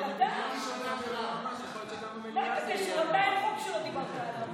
אבל אתה --- אין חוק שלא דיברת עליו.